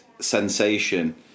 sensation